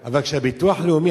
אבל כשהביטוח הלאומי,